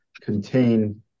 contain